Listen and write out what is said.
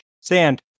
Sand